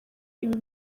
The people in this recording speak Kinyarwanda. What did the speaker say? ibi